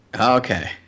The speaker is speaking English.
Okay